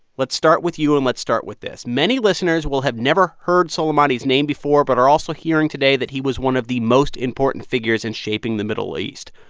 let's start with you, and let's start with this. many listeners will have never heard soleimani's name before but are also hearing today that he was one of the most important figures in shaping the middle east.